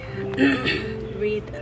read